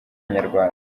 inyarwanda